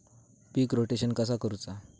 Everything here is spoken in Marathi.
पीक रोटेशन कसा करूचा?